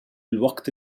الوقت